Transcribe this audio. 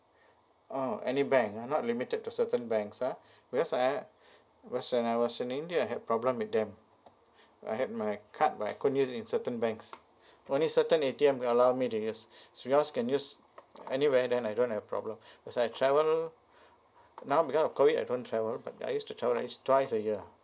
oh any bank ah not limited to certain banks ah because I was when I was in india that I had problem with them I had my card but I couldn't use it in certain banks only certain A_T_M allow me to use if yours can use anywhere then I don't have problem as I travel now because of COVID I don't travel but I used to travel twice a year